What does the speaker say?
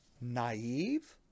naive